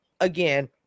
again